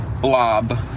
blob